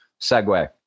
segue